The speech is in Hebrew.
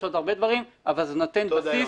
יש עוד הרבה דברים אבל זה נותן בסיס